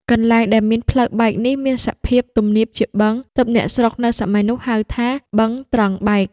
កន្លែងដែលមានផ្លូវបែកនេះមានសភាពទំនាបជាបឹង ទើបអ្នកស្រុកនៅសម័យនោះហៅថា "បឹងត្រង់បែក"។